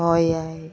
ᱦᱚᱭᱟᱭ